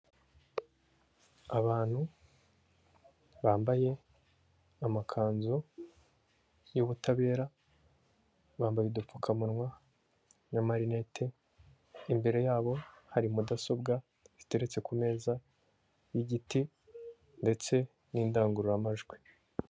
Abantu bambaye amakanzu y'ubutabera, bambaye udupfukamunwa na marinete, imbere yabo hari mudasobwa ziteretse ku meza y'igiti ndetse n'indangururamajwi.